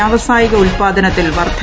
വ്യാവസായിക ഉത്പാദനത്തിൽ വർദ്ധന